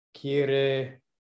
quiere